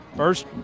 First